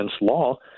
law